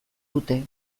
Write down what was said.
dute